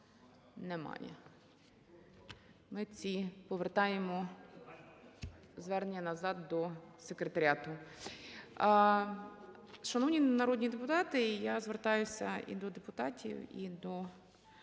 Немає. Ми ці повертаємо звернення назад до Секретаріату. Шановні народні депутати, я звертаюся і до депутатів, і до,